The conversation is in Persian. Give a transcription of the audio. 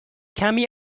کمی